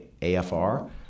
AFR